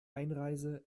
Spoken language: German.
einreise